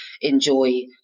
enjoy